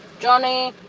johnny.